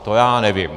To já nevím.